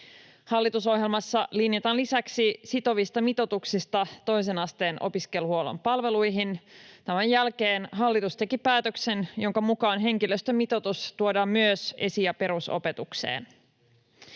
Hallitusohjelmassa linjataan lisäksi sitovista mitoituksista toisen asteen opiskeluhuollon palveluihin, ja tämän jälkeen hallitus teki päätöksen, jonka mukaan henkilöstömitoitus tuodaan myös esi‑ ja perusopetukseen.